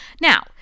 Now